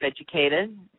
educated